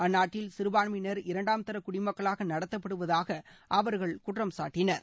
அந்நாட்டில் சிறுபான்மையினர் இரண்டாம் தர குடிமக்களாக நடத்தப்படுவதாக அவர்கள் குற்றம் சாட்டினர்